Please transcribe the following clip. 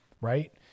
right